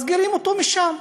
מסגירים אותו משם,